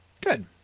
Good